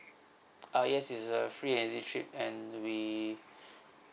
ah yes it's a free and easy trip and we